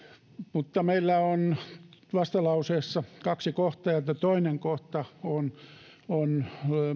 mutta meillä on vastalauseessa kaksi kohtaa ja tämä toinen kohta on on